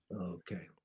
Okay